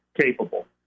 capable